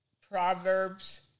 Proverbs